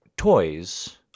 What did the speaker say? Toys